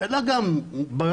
אלא גם בעיות,